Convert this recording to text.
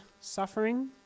suffering